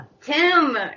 Tim